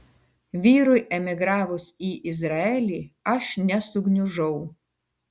vyrui emigravus į izraelį aš nesugniužau